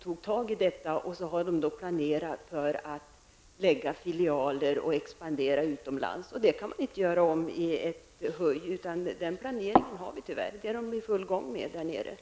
Industrierna har planerat för att bygga filialer och expandera utomlands, och det kan man inte göra om i ett huj. Den planeringen finns tyvärr, och man är där i full gång med att genomföra den.